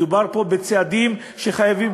מדובר פה בצעדים שחייבים,